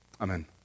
Amen